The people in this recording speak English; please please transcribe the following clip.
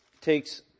takes